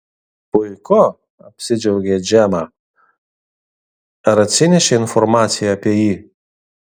puiku apsidžiaugė džemą ar atsinešei informaciją apie jį